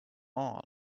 all